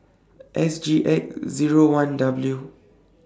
S G X Zero one W